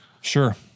Sure